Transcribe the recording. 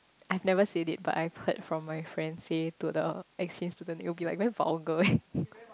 I've never said it but I've heard from my friend say to the exchange student it will be like very vulgar